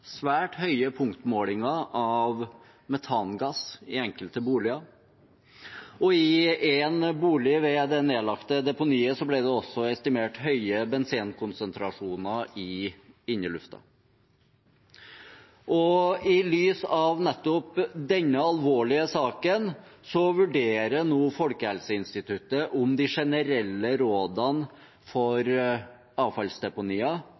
svært høye punktmålinger av metangass i enkelte boliger, og i én bolig ved det nedlagte deponiet ble det også estimert høye benzen-konsentrasjoner i innelufta. I lys av nettopp denne alvorlige saken vurderer nå Folkehelseinstituttet om de generelle rådene for avfallsdeponier